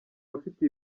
abafite